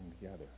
together